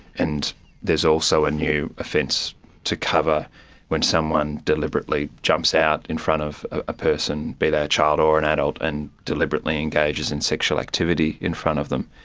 and there is also a new offence to cover when someone deliberately jumps out in front of a person, be they a child or an adult, and deliberately engages in sexual activity in front of them.